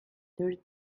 third